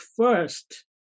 first